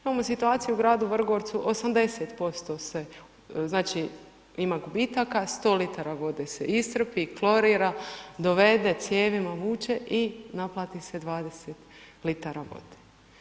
Imamo situaciju u gradu Vrgorcu 80% se, znači, ima gubitaka, 100 litara vode se iscrpi, klorira, dovede, cijevima vuče i naplati se 20 litara vode.